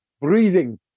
breathing